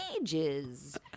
ages